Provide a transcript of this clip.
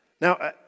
Now